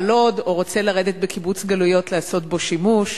לוד או רוצה לרדת בקיבוץ-גלויות לעשות בו שימוש,